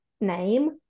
name